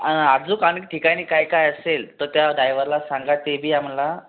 आन आजूक आणि ठिकाणी कायकाय असेल तर त्या डायव्हरला सांगा तेबी आम्हाला